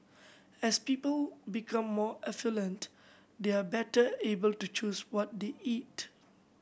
as people become more affluent they are better able to choose what they eat